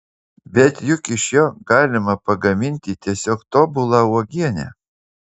bet juk iš jo galima pagaminti tiesiog tobulą uogienę